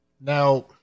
Now